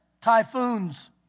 typhoons